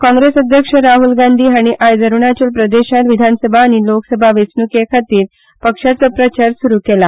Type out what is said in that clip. काँग्रेस अद्यक्ष राहल गांधी हांणी आयज अरुणाचल प्रदेशांत विधानसभा आनी लोकसभा वेंचणुके खातीर पक्षाचो प्रचार सुरू केला